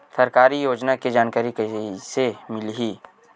सरकारी योजना के जानकारी कइसे मिलही?